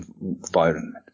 environment